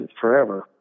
forever